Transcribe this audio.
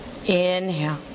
inhale